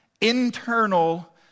internal